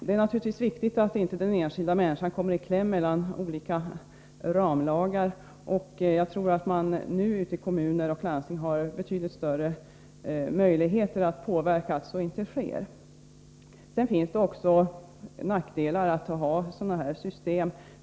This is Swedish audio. Det är naturligtvis viktigt att inte den enskilda människan kommer i kläm mellan olika ramlagar, och jag tror att man nu ute i kommuner och landsting har betydligt större möjligheter än tidigare att medverka till att så inte sker. Sedan finns också nackdelar med sådana här system.